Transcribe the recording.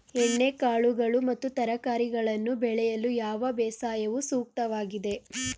ಎಣ್ಣೆಕಾಳುಗಳು ಮತ್ತು ತರಕಾರಿಗಳನ್ನು ಬೆಳೆಯಲು ಯಾವ ಬೇಸಾಯವು ಸೂಕ್ತವಾಗಿದೆ?